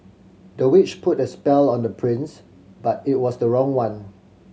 the witch put a spell on the prince but it was the wrong one